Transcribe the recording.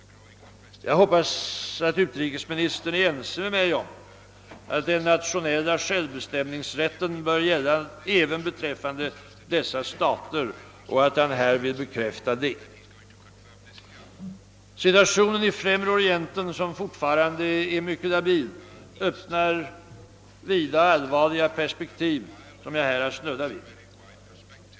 Jag hoppas att utrikesministern är ense med mig om att den nationella självbestämmanderätten bör gälla även beträffande dessa stater och att han här vill bekräfta detta. Situationen i Främre Orienten, som fortfarande är mycket labil, öppnar således vida och allvarliga perspektiv, som jag här har snuddat vid.